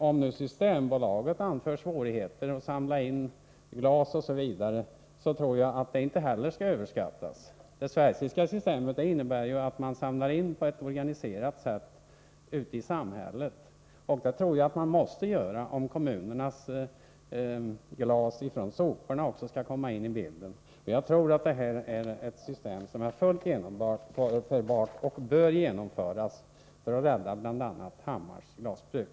Om nu Systembolaget anför svårigheter att samla in glas osv. tror jag inte det skall överskattas. Det schweiziska systemet innebär att man samlar in glasen på ett organiserat sätt ute i samhället, och det tror jag att man måste göra om glaset från soporna i kommunerna också skall komma in i bilden. Jag tror att det är ett system som är fullt genomförbart och som bör genomföras för att rädda bl.a. Hammars glasbruk.